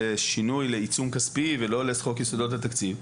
שינוי לעיצום כספי ולא לחוק יסודות התקציב,